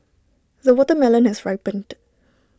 the watermelon has ripened